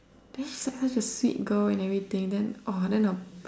Grace is such a sweet girl and everything then orh then the